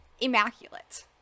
immaculate